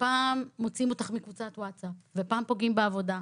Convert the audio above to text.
ופעם מוציאים אותך מקבוצת ווטסאפ ופעם פוגעים בעבודה.